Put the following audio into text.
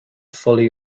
fully